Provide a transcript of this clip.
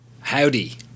Howdy